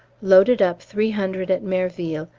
loaded up three hundred at merville,